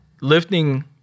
lifting